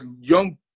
young